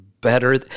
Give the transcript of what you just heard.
better